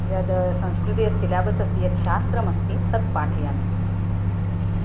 यद् संस्कृते यत् सिलेबस् अस्ति यत् शास्त्रमस्ति तत् पाठयामि